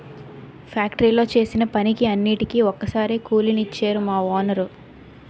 ఫ్యాక్టరీలో చేసిన పనికి అన్నిటికీ ఒక్కసారే కూలి నిచ్చేరు మా వోనరు